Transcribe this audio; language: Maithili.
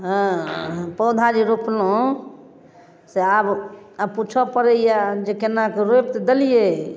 हँ पौधा जे रोपलहुॅं से आब पुछऽ पड़ैया जे केना रोपि तऽ देलियै